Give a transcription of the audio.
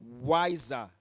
Wiser